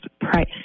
price